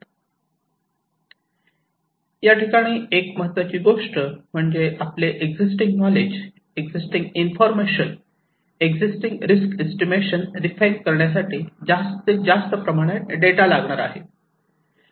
आपल्याला याठिकाणी एक महत्त्वाची गोष्ट म्हणजे आपले existing knowledge existing information existing risk estimation refine करण्यासाठी जास्तीत जास्त प्रमाणात डेटा लागणार आहे